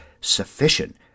Sufficient